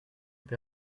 être